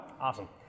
Awesome